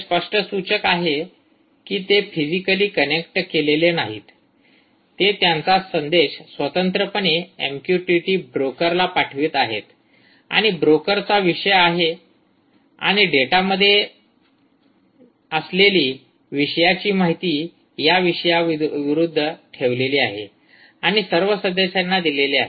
हे स्पष्ट सूचक आहे की ते फिजिकली कनेक्ट केलेले नाहीत ते त्यांचा संदेश स्वतंत्रपणे एमक्यूटीटी ब्रोकरला पाठवित आहेत आणि ब्रोकरचा विषय आहे आणि डेटामध्ये असलेली विषयाची माहिती विषयाविरूद्ध ठेवलेली आहे आणि सर्व सदस्यांना दिले आहे